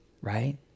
Right